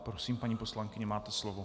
Prosím, paní poslankyně, máte slovo.